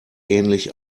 ähnlich